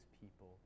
people